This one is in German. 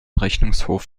rechnungshof